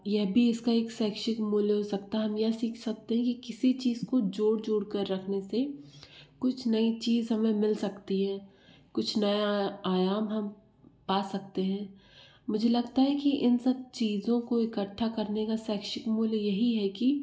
यह भी इसका एक शैक्षिक मूल्य हो सकता है हम यह सीख सकते हैं कि किसी भी चीज़ को जोड़ जोड़कर रखने से कुछ नई चीज़ हमें मिल सकती हैं कुछ नया आयाम हम पा सकते हैं मुझे लगता है कि इन सब चीज़ों को इक्कठ्ठा करने का शैक्षिक मूल्य यही है कि